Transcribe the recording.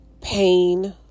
pain